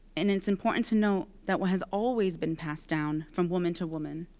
and it's important to note that what has always been passed down from woman to woman,